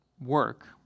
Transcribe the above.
work